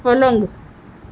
پلنگ